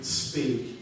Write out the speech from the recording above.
speak